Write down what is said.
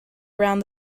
around